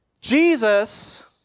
Jesus